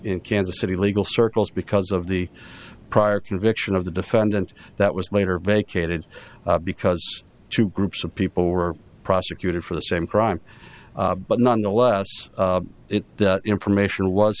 in kansas city legal circles because of the prior conviction of the defendant that was later vacated because two groups of people were prosecuted for the same crime but nonetheless that information was